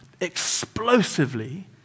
explosively